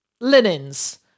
linens